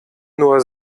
nur